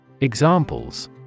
Examples